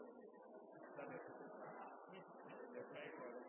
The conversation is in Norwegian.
Det er